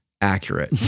accurate